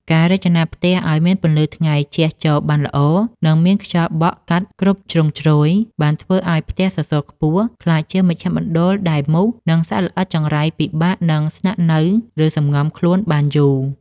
ការរចនាផ្ទះឱ្យមានពន្លឺថ្ងៃជះចូលបានល្អ និងមានខ្យល់បក់កាត់គ្រប់ជ្រុងជ្រោយ បានធ្វើឱ្យផ្ទះសសរខ្ពស់ក្លាយជាមជ្ឈដ្ឋានដែលមូស និងសត្វល្អិតចង្រៃពិបាកនឹងស្នាក់នៅ ឬសម្ងំខ្លួនបានយូរ។